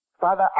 Father